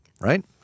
Right